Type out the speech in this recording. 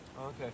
okay